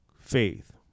faith